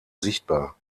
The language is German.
sichtbar